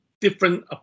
different